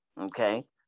okay